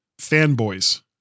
Fanboys